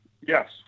Yes